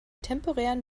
temporären